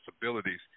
disabilities